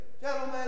Gentlemen